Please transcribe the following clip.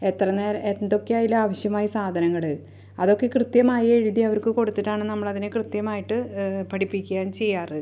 എത്ര നേരം എന്തൊക്കെ അതിൽ ആവശ്യമായ സാധനങ്ങൾ അതൊക്കെ കൃത്യമായ് എഴുതി അവർക്ക് കൊടുത്തിട്ടാണ് നമ്മൾ അതിനെ കൃത്യമായിട്ട് പഠിപ്പിക്കുകയും ചെയ്യാറുള്ളത്